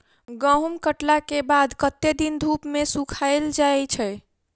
गहूम कटला केँ बाद कत्ते दिन धूप मे सूखैल जाय छै?